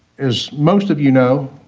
as most of you know,